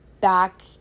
back